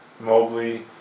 Mobley